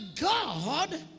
God